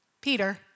Peter